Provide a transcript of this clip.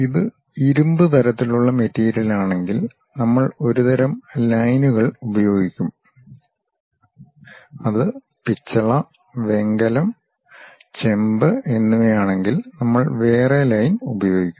ഇത് ഇരുമ്പ് തരത്തിലുള്ള മെറ്റീരിയലാണെങ്കിൽ നമ്മൾ ഒരുതരം ലൈനുകൾ ഉപയോഗിക്കും അത് പിച്ചള വെങ്കലം ചെമ്പ് എന്നിവ ആണെങ്കിൽ നമ്മൾ വേറെ ലൈൻ ഉപയോഗിക്കും